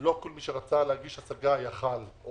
ולא כל מי שרצה להגיש הסגה יכול היה,